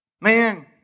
Man